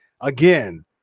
Again